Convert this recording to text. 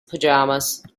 pajamas